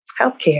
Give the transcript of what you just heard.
healthcare